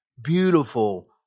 beautiful